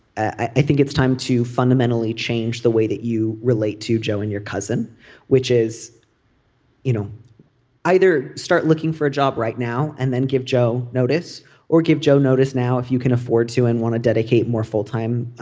i think it's time to fundamentally change the way that you relate to joe and your cousin which is you know either start looking for a job right now and then give joe notice or give joe notice now if you can afford to and want to dedicate more full time